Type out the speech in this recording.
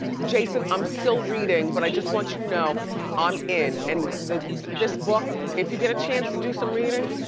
jason, i'm still reading but i just want you to know i'm in, and this book, if you get a chance to do some reading,